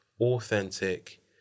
authentic